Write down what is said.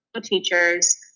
teacher's